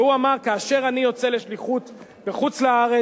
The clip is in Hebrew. והוא אמר: כאשר אני יוצא לשליחות בחוץ-לארץ